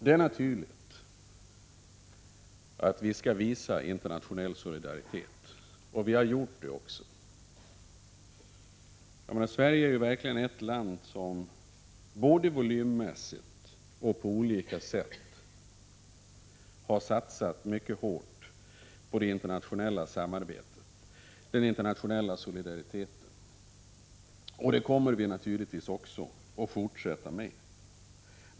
Det är naturligt att vi skall visa internationell solidaritet, och vi har gjort det också. Sverige är ett land som både volymmässigt och på andra sätt har satsat mycket hårt på det internationella samarbetet och på den internationella solidariteten. Det kommer vi naturligtvis också att fortsätta med.